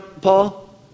Paul